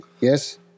Yes